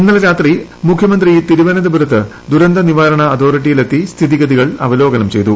ഇന്നലെ രാത്രി മുഖ്യമന്ത്രി തിരുവനന്തപുരത്ത് ദുരന്ത നിവാരണ അതോറിറ്റിയിലെത്തി സ്ഥിതിഗതികൾ അവലോകനം ചെയ്തു